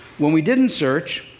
when we didn't search,